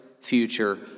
future